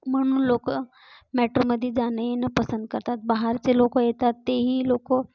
म्हणून लोक मेट्रोमध्ये जाणंयेणं पसंत करतात बाहेरचे लोक येतात तेही लोक